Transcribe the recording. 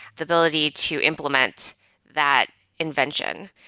the ability to implement that invention.